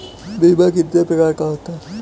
बीमा कितने प्रकार का होता है?